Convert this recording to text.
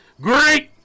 Great